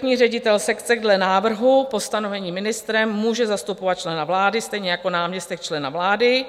Vrchní ředitel sekce dle návrhu po stanovení ministrem může zastupovat člena vlády, stejně jako náměstek člena vlády.